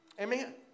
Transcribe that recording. Amen